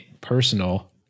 personal